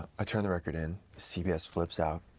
i turned the record in, cbs flips out,